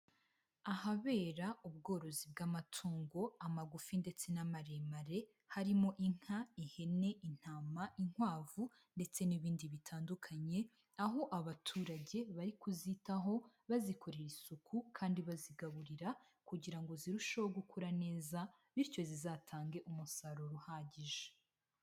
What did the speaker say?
Ahabera ubworozi bw'amatungo, amagufi ndetse n'amaremare, harimo: inka, ihene, intama, inkwavu ndetse n'ibindi bitandukanye, aho abaturage bari kuzitaho, bazikorera isuku kandi bazigaburira, kugira ngo zirusheho gukura neza bityo zizatange umusaruro uhagije.